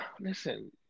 listen